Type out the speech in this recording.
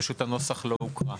פשוט הנוסח לא הוקרא.